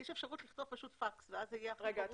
יש אפשרות לכתוב פשוט פקס ואז זה יהיה הכי ברור.